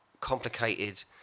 complicated